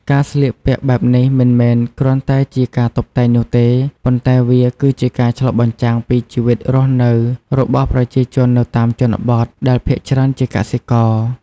ការស្លៀកពាក់បែបនេះមិនមែនគ្រាន់តែជាការតុបតែងនោះទេ ប៉ុន្តែវាគឺជាការឆ្លុះបញ្ចាំងពីជីវិតរស់នៅរបស់ប្រជាជននៅតាមជនបទ ដែលភាគច្រើនជាកសិករ។